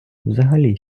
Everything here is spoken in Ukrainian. взагалі